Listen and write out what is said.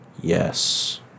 Yes